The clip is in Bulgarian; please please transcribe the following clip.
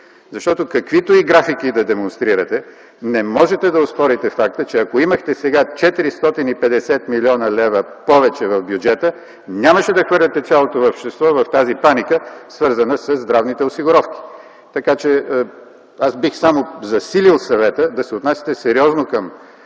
Защото каквито и графики да демонстрирате, не можете да оспорите факта, че ако имахте сега 450 млн. лв. повече в бюджета, нямаше да хвърляте цялото общество в тази паника, свързана със здравните осигуровки. Така че бих само засилил съвета да се отнасяте сериозно към